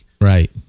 Right